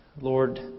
Lord